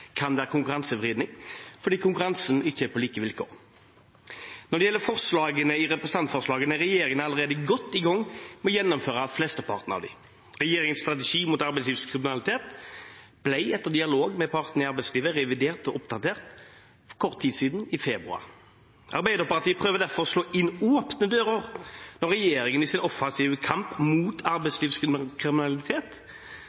kan være konkurransevridning fordi konkurransen ikke er på like vilkår. Når det gjelder forslagene i representantforslaget, er regjeringen allerede godt i gang med å gjennomføre flesteparten av dem. Regjeringens strategi mot arbeidslivskriminalitet ble etter dialog med partene i arbeidslivet revidert og oppdatert for kort tid siden, i februar. Arbeiderpartiet prøver derfor å slå inn åpne dører når regjeringen, i sin offensive kamp mot